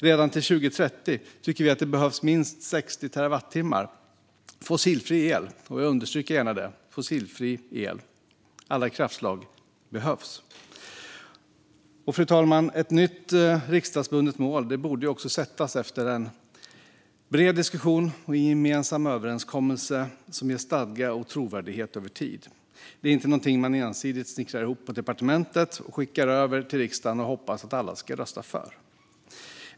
Redan till 2030 tycker vi att det behövs minst 60 terawattimmar fossilfri el. Alla kraftslag behövs. Fru talman! Ett nytt riksdagsbundet mål borde också sättas efter en bred diskussion och i gemensam överenskommelse som ger stadga och trovärdighet över tid. Det är inte någonting man ensidigt snickrar ihop på departementet och skickar över till riksdagen och hoppas att alla ska rösta för.